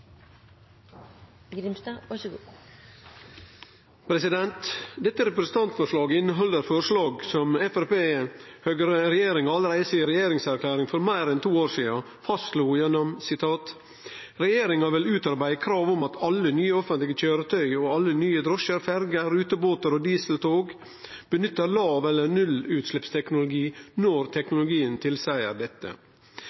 Dette representantforslaget inneheld forslag som Høgre–Framstegsparti-regjeringa allereie i si regjeringserklæring for meir enn to år sidan slo fast: «Regjeringen vil utarbeide krav om at alle nye offentlige kjøretøy, og alle nye drosjer, ferger, rutebåter og dieseltog, benytter lav- eller nullutslippsteknologi når